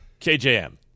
KJM